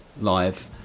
live